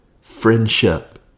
friendship